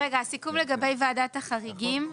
שלוש או שלוש וחצי שנים.